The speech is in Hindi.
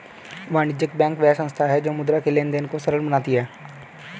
वाणिज्य बैंक वह संस्था है जो मुद्रा के लेंन देंन को सरल बनाती है